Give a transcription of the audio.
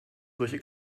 solche